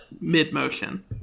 mid-motion